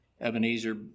Ebenezer